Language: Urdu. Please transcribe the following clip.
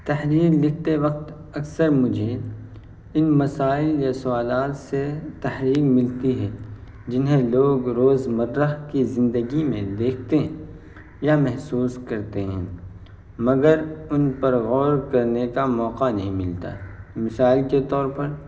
تحریر لکھتے وقت اکثر مجھے ان مسائل یا سوالات سے تحریر ملتی ہے جنہیں لوگ روزمرہ کی زندگی میں دیکھتے ہیں یا محسوس کرتے ہیں مگر ان پر غور کرنے کا موقع نہیں ملتا ہے مثال کے طور پر